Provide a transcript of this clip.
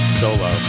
solo